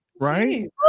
Right